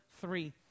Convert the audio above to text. three